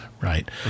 right